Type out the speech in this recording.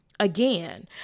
again